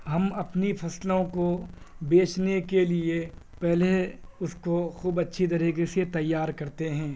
ہم اپنی فصلوں کو بیچنے کے لیے پہلے اس کو خوب اچھی طریقے سے تیار کرتے ہیں